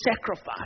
sacrifice